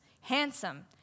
handsome